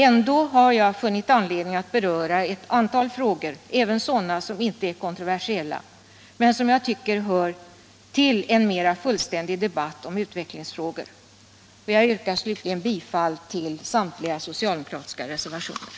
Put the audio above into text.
Ändå har jag funnit anledning att beröra ett antal frågor, även sådana som inte är kontroversiella men som jag tycker hör till en mera fullständig debatt om utvecklingsfrågor. Jag yrkar slutligen bifall till samtliga socialdemokratiska reservationer.